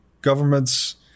Governments